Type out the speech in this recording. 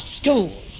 schools